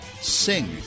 Sing